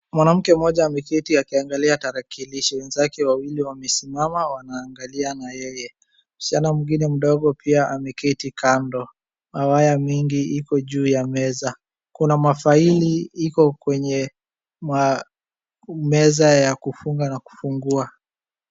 Mwanamke mmoja ameketi akiangalia tarakilishi. Wenzake wawili wamesimama wanaangalia na yeye. Msichana mwingine mdogo pia ameketi kando. mawaya mingi iko juu ya meza. Kuna mafaili iko kwenye meza ya kufunga na kufungua.